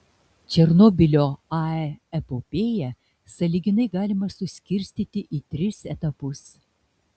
černobylio ae epopėją sąlyginai galima suskirstyti į tris etapus